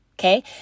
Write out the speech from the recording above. Okay